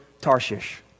Tarshish